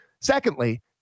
Secondly